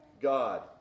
God